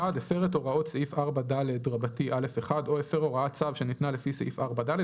(1)הפר את הוראת סעיף 4ד(א1) או הוראת צו שניתנה לפי סעיף 4ד,